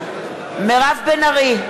מירב בן ארי,